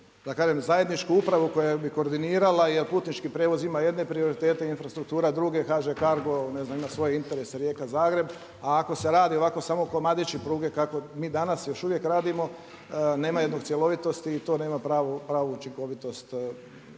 kažem zajedničku upravu koja bi koordinirala. Jer putnički prijevoz ima jedne prioritete, infrastruktura druge, HŽ Cargo ne znam ima svoje interese Rijeka – Zagreb. A ako se radi ovako samo komadići pruge kako mi danas još uvijek radimo nema cjelovitosti i to nema pravu učinkovitost